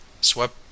swept